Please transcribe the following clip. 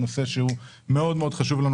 נושא שהוא מאוד מאוד חשוב לנו,